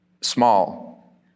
small